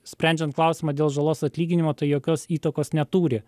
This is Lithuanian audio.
sprendžiant klausimą dėl žalos atlyginimo tai jokios įtakos neturi